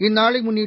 இந்நாளைமுன்னிட்டு